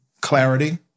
clarity